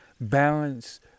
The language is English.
balance